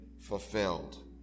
fulfilled